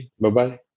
Bye-bye